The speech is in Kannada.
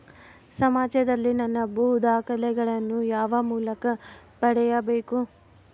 ಸಮಾಜದಲ್ಲಿ ನನ್ನ ಭೂ ದಾಖಲೆಗಳನ್ನು ಯಾವ ಮೂಲಕ ಪಡೆಯಬೇಕು?